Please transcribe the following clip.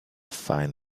fine